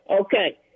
Okay